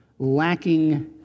lacking